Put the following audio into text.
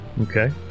Okay